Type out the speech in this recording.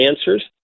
answers